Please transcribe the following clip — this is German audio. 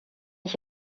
ich